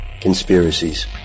conspiracies